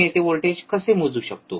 आपण येथे व्होल्टेज मोजू शकतो